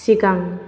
सिगां